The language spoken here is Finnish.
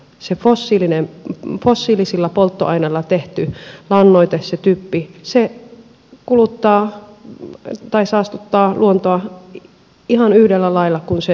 se fossiilisilla polttoaineilla tehty lannoite se typpi saastuttaa luontoa ihan yhdellä lailla kuin se turvemaan käyttö